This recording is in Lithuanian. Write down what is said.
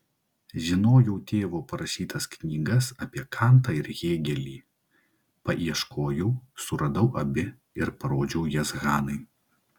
žinojau tėvo parašytas knygas apie kantą ir hėgelį paieškojau suradau abi ir parodžiau jas hanai